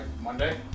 Monday